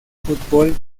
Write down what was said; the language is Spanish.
fútbol